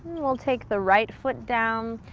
and we'll take the right foot down.